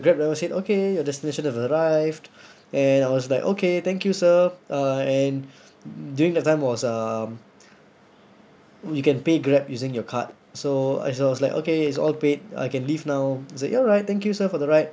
grab driver said okay your destination have arrived and I was like okay thank you sir uh and during that time was um you can pay grab using your card so I so I was like okay it's all paid I can leave now I said all right thank you sir for the ride